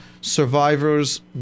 survivor's